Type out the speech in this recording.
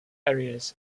areas